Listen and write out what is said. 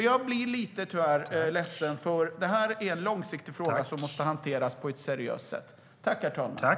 Jag blir lite ledsen, för det här är en långsiktig fråga som måste hanteras på ett seriöst sätt.